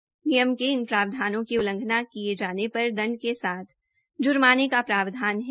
अधिनियम के इन प्रावधानों की उल्लघना किये जोन पर दंड के साथ जुर्माने का प्रावधान है